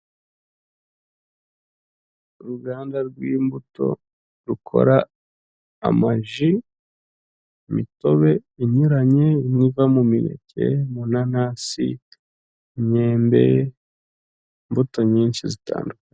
Uruganda rw'imbuto rukora amaji, imitobe inyuranye iva mu mineke, mu nanasi, imyembe, imbuto nyinshi zitandukanye.